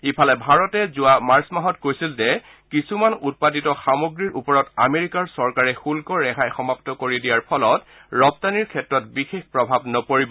ইফালে ভাৰতে যোৱা মাৰ্চ মাহত কৈছিল যে কিছুমান উৎপাদিত সামগ্ৰীৰ ওপৰত আমেৰিকাৰ চৰকাৰে শুষ্ক ৰেহাই সমাপ্ত কৰি দিয়াৰ ফলত ৰপ্তানিৰ ক্ষেত্ৰত বিশেষ প্ৰভাৱ নপৰিব